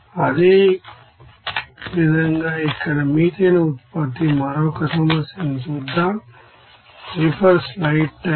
అదేవిధంగా ఇక్కడ మీథేన్ ఉత్పత్తి మరొక సమస్యను చూద్దాం